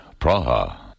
Praha